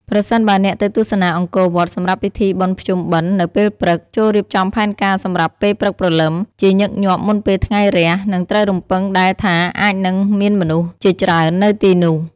ប្រសិនបើអ្នកទៅទស្សនាអង្គរវត្តសម្រាប់ពិធីបុណ្យភ្ជុំបិណ្ឌនៅពេលព្រឹក ចូររៀបចំផែនការសម្រាប់ពេលព្រឹកព្រលឹម (ជាញឹកញាប់មុនពេលថ្ងៃរះ) និងត្រូវរំពឹងដែរថាអាចនឹងមានមនុស្សជាច្រើននៅទីនោះ។